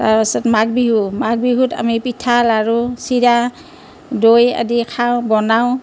তাৰপাছত মাঘবিহু মাঘবিহুত আমি পিঠা লাৰু চিৰা দৈ আদি খাওঁ বনাওঁ